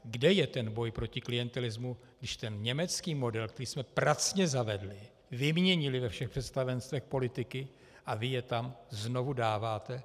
Kde je ten boj proti klientelismu, když německý model, který jsme pracně zavedli, vyměnili ve všech představenstvech politiky a vy je tam znovu dáváte?